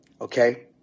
okay